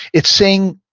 it's saying,